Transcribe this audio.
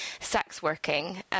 sex-working